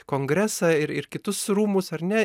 kongresą ir ir kitus rūmus ar ne